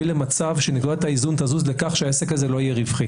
למצב שנקודת האיזון תזוז לכך שהעסק הזה לא יהיה רווחי.